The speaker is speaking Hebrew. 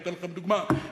אני נותן לכם דוגמה מהבוקר,